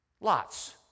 lots